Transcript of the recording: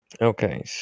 Okay